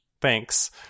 thanks